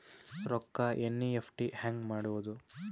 ರೊಕ್ಕ ಎನ್.ಇ.ಎಫ್.ಟಿ ಹ್ಯಾಂಗ್ ಮಾಡುವುದು?